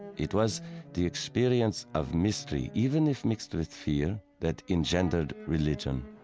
it was the experience of mystery, even if mixed with fear, that engendered religion.